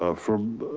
ah from.